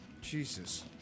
Jesus